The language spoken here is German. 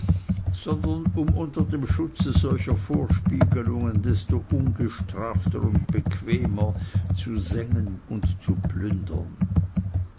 sondern um unter dem schutz solcher vorspiegelungen desto ungestrafter und bequemer zu sengen und zu plündern